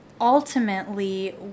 ultimately